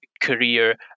career